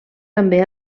també